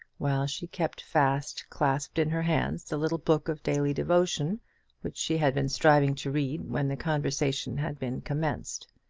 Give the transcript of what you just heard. while she kept fast clasped in her hands the little book of daily devotion which she had been striving to read when the conversation had been commenced.